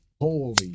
Holy